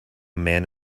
man